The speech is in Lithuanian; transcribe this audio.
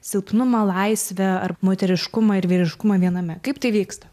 silpnumą laisvę ar moteriškumą ir vyriškumą viename kaip tai vyksta